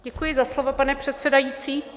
Děkuji za slovo, pane předsedající.